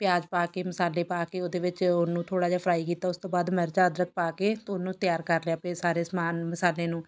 ਪਿਆਜ਼ ਪਾ ਕੇ ਮਸਾਲੇ ਪਾ ਕੇ ਉਹਦੇ ਵਿੱਚ ਉਹਨੂੰ ਥੋੜ੍ਹਾ ਜਿਹਾ ਫਰਾਈ ਕੀਤਾ ਉਸ ਤੋਂ ਬਾਅਦ ਮਿਰਚ ਅਦਰਕ ਪਾ ਕੇ ਉਹਨੂੰ ਤਿਆਰ ਕਰ ਲਿਆ ਪੇ ਸਾਰੇ ਸਮਾਨ ਮਸਾਲੇ ਨੂੰ